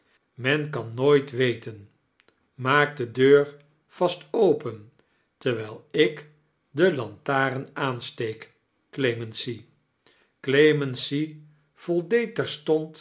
men kan nooit weten maak de deur vast open terwijl ik de lantaarn aansteek